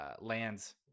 Lands